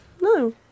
No